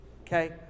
okay